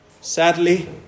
Sadly